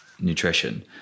nutrition